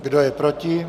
Kdo je proti?